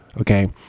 okay